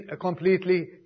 completely